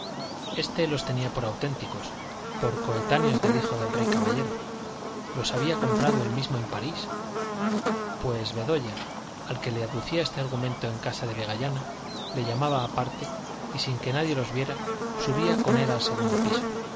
este los tenía por auténticos por coetáneos del hijo del rey caballero los había comprado él mismo en parís pues bedoya al que le aducía este argumento en casa de vegallana le llamaba aparte y sin que nadie los viera subía con él al segundo piso